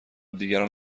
دیگران